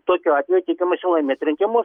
tokiu atveju tikimasi laimėt rinkimus